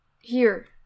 Here